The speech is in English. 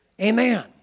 Amen